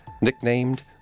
nicknamed